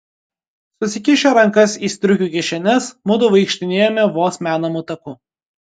susikišę rankas į striukių kišenes mudu vaikštinėjome vos menamu taku